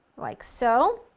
like so.